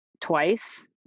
twice